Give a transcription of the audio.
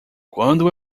quando